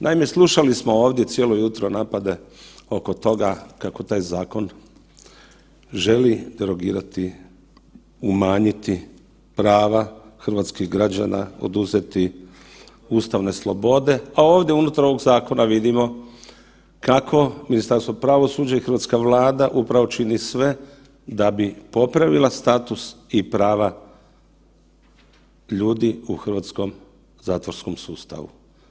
Naime, slušali smo ovdje cijelo jutro napade oko toga kako taj zakon želi derogirati, umanjiti prava hrvatskih građana, oduzeti ustavne slobode, a ovdje unutar ovog zakona vidimo kako Ministarstvo pravosuđa i hrvatska Vlada upravo čini sve da bi popravila status i prava ljudi u hrvatskom zatvorskom sustavu.